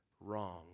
wrong